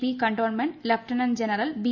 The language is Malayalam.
B cantonment lieutenant general B